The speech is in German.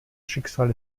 schicksal